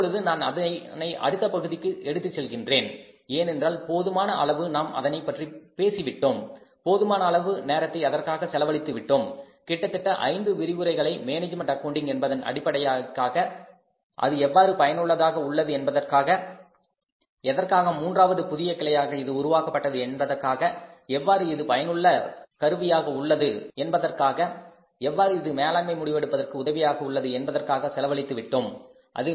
இப்பொழுது நான் அதனை அடுத்த பகுதிக்கு எடுத்துச் செல்கின்றேன் ஏனென்றால் போதுமான அளவு நாம் அதனைப் பற்றி பேசிவிட்டோம் போதுமான அளவு நேரத்தை அதற்கு செலவழித்துவிட்டோம் கிட்டத்தட்ட ஐந்து விரிவுரைகளை மேனேஜ்மெண்ட் அக்கவுண்டிங் என்பதன் அடிப்படைகாக அது எவ்வாறு பயனுள்ளதாக உள்ளது என்பதற்காக எதற்காக மூன்றாவது புதிய கிளையாக இது உருவாக்கப்பட்டது என்பதற்காக எவ்வாறு இது பயனுள்ளதாக உள்ளது எவ்வாறு இது மேலாண்மை முடிவெடுப்பதற்கு உதவியாக உள்ளது என்பதற்காக செலவழித்துவிட்டோம்விட்டோம்